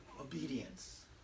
obedience